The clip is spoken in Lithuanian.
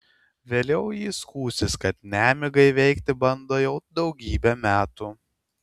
vėliau ji skųsis kad nemigą įveikti bando jau daugybę metų